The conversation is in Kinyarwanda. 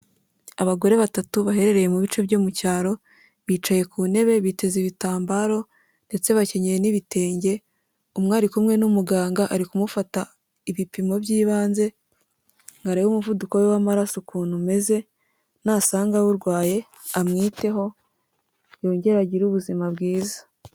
Abagore batatu baherereye mu bice byo mu cyaro, bicaye ku ntebe biteza ibitambaro ndetse bakeneyenye n'ibitenge, umwe ari kumwe n'umuganga ari kumufata ibipimo by'ibanze ngo areba umuvuduko we w'amaraso ukuntu umeze, nasanga awurwaye amwiteho yongere agira ubuzima bwiza.